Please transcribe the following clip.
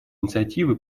инициативы